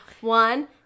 One